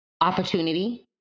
opportunity